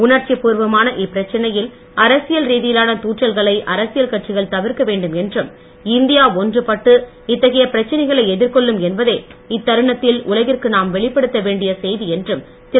உணர்ச்சி பூர்வமான இப்பிரச்சனையில் அரசியல் ரீதியிலான தூற்றல்களை அரசியல் கட்சிகள் தவிர்க்க வேண்டுமென்றும் இந்தியா ஒன்றுபட்டு இத்தகைய பிரச்சனைகளை எதிர்கொள்ளும் என்பதே இத்தருணத்தில் உலகிற்கு நாம் வெளிப்படுத்த வேண்டிய செய்தி என்றும் திரு